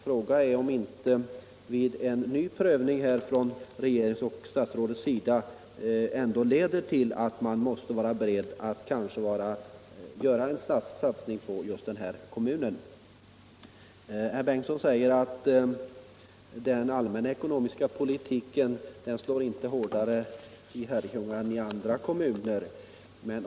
Frågan är om inte en ny prövning från statsrådets och regeringens sida skulle visa att man måste vara beredd att göra en satsning i just denna kommun. Herr Bengtsson säger att den allmänna ekonomiska politiken inte slår hårdare i Herrljunga än i andra kommuner.